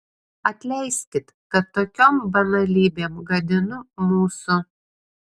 atleiskit kad tokiom banalybėm gadinu mūsų